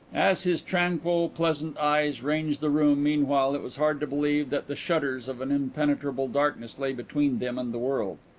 as his tranquil, pleasant eyes ranged the room meanwhile it was hard to believe that the shutters of an impenetrable darkness lay between them and the world.